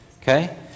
okay